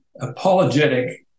apologetic